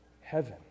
heaven